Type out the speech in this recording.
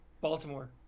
Baltimore